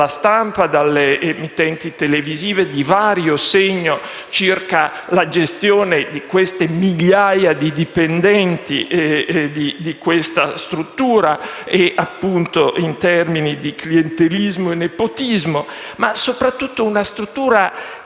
stampa ed emittenti televisive di vario segno, circa la gestione delle migliaia di dipendenti di questa struttura, appunto, in termini di clientelismo e nepotismo. Si tratta, soprattutto, di una struttura